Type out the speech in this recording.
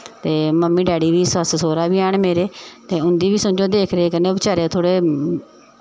ते mummy daddy बी सस्स सौह्रा बी हैन मेरे ते उं'दी बी समझो देख रेख करनी ते बेचारे थोह्ड़े